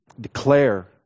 declare